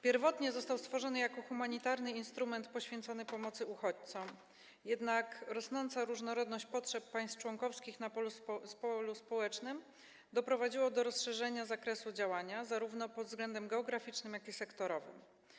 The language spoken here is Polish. Pierwotnie został stworzony jako humanitarny instrument poświęcony pomocy uchodźcom, jednak rosnąca różnorodność potrzeb państw członkowskich na polu społecznym doprowadziła do rozszerzenia zakresu działania pod względem zarówno geograficznym, jak i sektorowym.